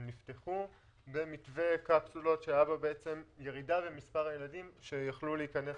הם נפתחו במתווה קפסולות שהיה בו בעצם ירידה במספר הילדים שיכלו להיכנס